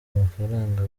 amafaranga